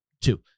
two